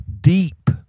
deep